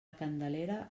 candelera